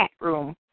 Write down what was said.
room